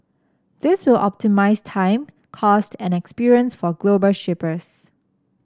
this will optimise time cost and experience for global shippers